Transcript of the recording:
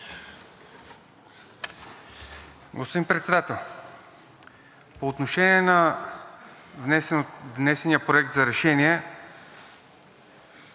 Господин Председател, по отношение на внесения Проект за решение